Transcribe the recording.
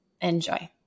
Enjoy